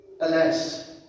Alas